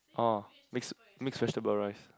orh mixed mixed vegetables rice